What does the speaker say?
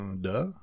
duh